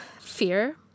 fear